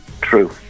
True